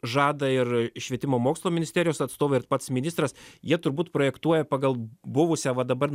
žada ir švietimo mokslo ministerijos atstovai ir pats ministras jie turbūt projektuoja pagal buvusią va dabar